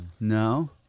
no